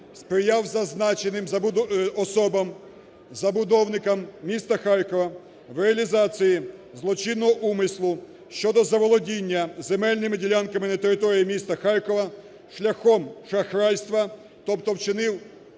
сприяв зазначеним особам, забудовникам міста Харкова, в реалізації злочинного умислу щодо заволодіння земельними ділянками на території міста Харкова шляхом шахрайства, тобто вчинив